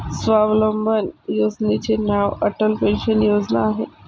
स्वावलंबन योजनेचे नाव अटल पेन्शन योजना आहे